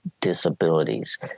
disabilities